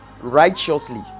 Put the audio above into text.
righteously